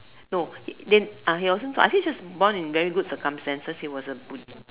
no I think he was just born in very good circumstances he was a